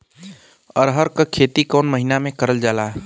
अरहर क खेती कवन महिना मे करल जाला?